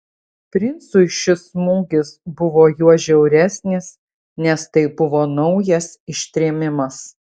princui šis smūgis buvo juo žiauresnis nes tai buvo naujas ištrėmimas